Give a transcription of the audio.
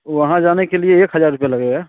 वहाँ जाने के लिए एक हज़ार रुपया लगेगा